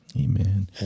Amen